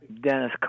Dennis